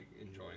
enjoying